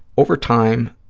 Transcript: over time,